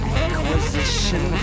acquisition